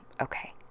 okay